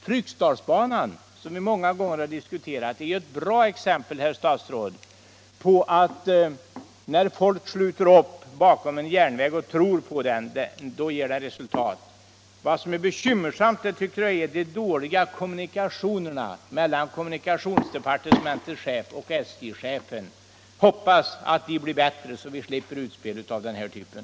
Fryksdalsbanan, som vi många gånger har diskuterat, är ett bra exempel, herr statsråd, på att när folk sluter upp bakom en järnväg och tror på den, så ger det resultat. järnvägslinjer, Vad som är bekymmersamt tycker jag är de dåliga kommunikationerna mellan kommunikationsdepartementets chef och SJ-chefen. Jag hoppas att de blir bättre, så att vi slipper utspel av den här typen.